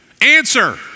Answer